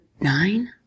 nine